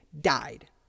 died